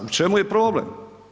U čemu je problem?